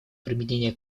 применения